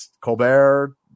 Colbert